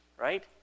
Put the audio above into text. right